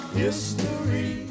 history